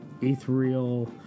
ethereal